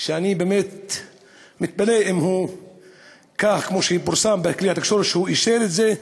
שאני באמת מתפלא אם כמו שפורסם בכלי התקשורת הוא אישר את זה,